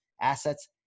assets